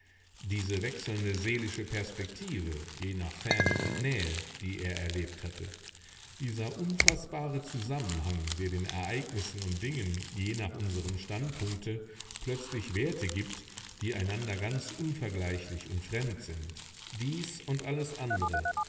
diese wechselnde seelische perspektive je nach ferne und nähe die er erlebt hatte dieser unfaßbare zusammenhang der den ereignissen und dingen je nach unserem standpunkte plötzliche werte gibt die einander ganz unvergleichlich und fremd sind dies und alles andere